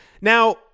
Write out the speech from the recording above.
Now